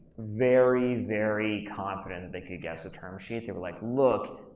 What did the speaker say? very, very confident they could get us a term sheet. they were like, look,